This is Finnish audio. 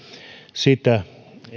sitä